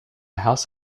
house